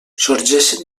sorgeixen